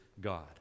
God